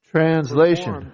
Translation